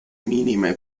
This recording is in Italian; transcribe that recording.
minime